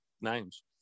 names